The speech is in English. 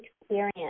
experience